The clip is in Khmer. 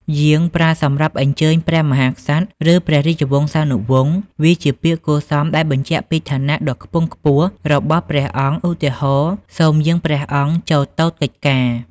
យាង ប្រើសម្រាប់អញ្ជើញព្រះមហាក្សត្រ ឬព្រះរាជវង្សានុវង្ស វាជាពាក្យគួរសមដែលបញ្ជាក់ពីឋានៈដ៏ខ្ពង់ខ្ពស់របស់ព្រះអង្គ ឧទាហរណ៍ សូមយាងព្រះអង្គចូលទតកិច្ចការ។